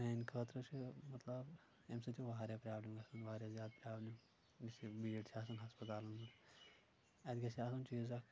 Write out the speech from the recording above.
میٲنہِ خٲطرٕ چھِ مطلب امہِ سۭتۍ چھِ واریاہ پرابلِم گژھان واریاہ زیادٕ پرابلِم یُس یہِ بیٖڑ چھِ آسان ہسپتالن منٛز اتہِ گژھہِ آسُن چیٖز اکھ